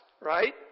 right